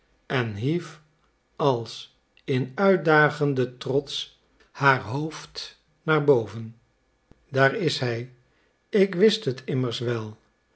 en hief als in uitdagenden trots haar boven naar boven daar is hij ik wist het immers wel